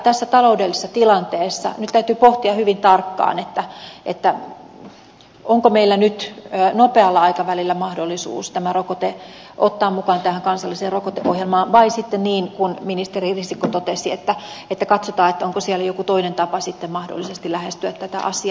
tässä taloudellisessa tilanteessa nyt täytyy pohtia hyvin tarkkaan onko meillä nyt nopealla aikavälillä mahdollisuus tämä rokote ottaa mukaan tähän kansalliseen rokoteohjelmaan vai sitten niin kuin ministeri risikko totesi että katsotaan onko siellä joku toinen tapa sitten mahdollisesti lähestyä tätä asiaa